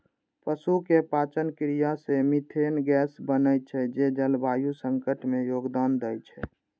पशुक पाचन क्रिया सं मिथेन गैस बनै छै, जे जलवायु संकट मे योगदान दै छै